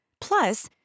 Plus